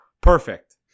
perfect